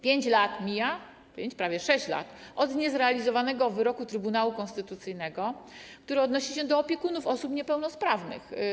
5 lat mija, prawie 6 lat - od niezrealizowanego wyroku Trybunału Konstytucyjnego, który odnosi się do opiekunów osób niepełnosprawnych.